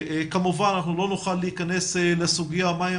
כמובן אנחנו לא נוכל להיכנס לסוגיה מהם